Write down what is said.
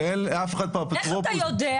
שאין לאף אחד פה אפוטרופסות --- איך אתה יודע?